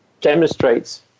demonstrates